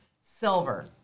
silver